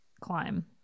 climb